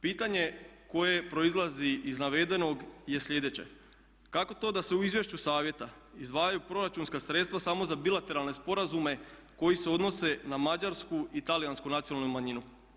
Pitanje koje proizlazi iz navedenog je sljedeće: Kako to da se u izvješću Savjeta izdvajaju proračunska sredstva samo za bilateralne sporazume koji se odnose na mađarsku i talijansku nacionalnu manjinu?